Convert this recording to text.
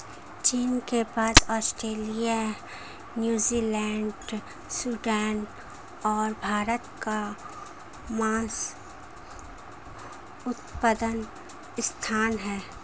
चीन के बाद ऑस्ट्रेलिया, न्यूजीलैंड, सूडान और भारत का मांस उत्पादन स्थान है